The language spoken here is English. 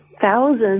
thousands